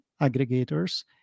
aggregators